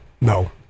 No